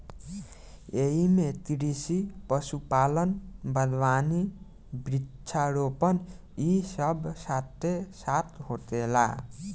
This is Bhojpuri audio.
एइमे कृषि, पशुपालन, बगावानी, वृक्षा रोपण इ सब साथे साथ होखेला